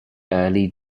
early